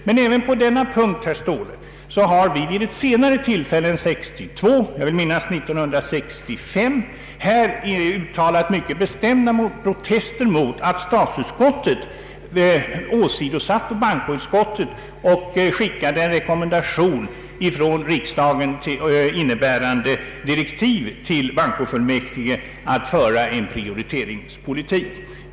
Därtill kommer att vi, herr Ståhle, vid ett senare tillfälle än år 1962 — jag vill minnas att det var 1965 — uttalat mycket bestämda protester mot att statsutskottet åsidosatte bankoutskottet och sände en rekommendation från riksdagen innebärande direktiv till bankofullmäktige att föra en prioriteringspolitik för bostadsändamål.